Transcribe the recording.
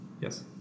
Yes